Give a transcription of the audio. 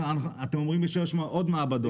אתם אומרים לי שיש עוד מעבדות.